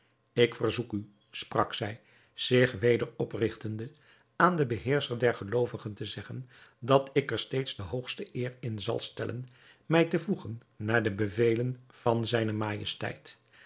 ik verzoek u sprak zij zich weder oprigtende aan den beheerscher der geloovigen te zeggen dat ik er steeds de hoogste eer in zal stellen mij te voegen naar de bevelen van zijne majesteit